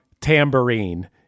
tambourine